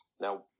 Now